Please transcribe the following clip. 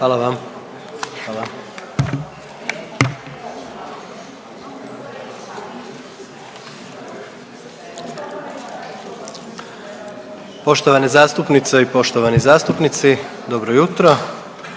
Gordan (HDZ)** Poštovane zastupnice i poštovani zastupnici dobro jutro.